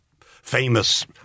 famous